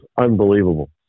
unbelievable